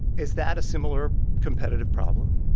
is that a similar competitive problem?